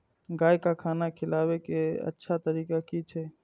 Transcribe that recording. गाय का खाना खिलाबे के अच्छा तरीका की छे?